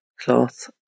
cloth